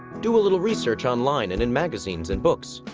do a little research online and in magazines and books.